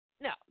Now